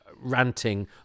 ranting